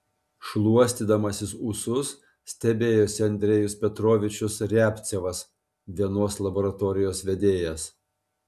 šluostydamasis ūsus stebėjosi andrejus petrovičius riabcevas vienos laboratorijos vedėjas